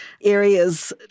areas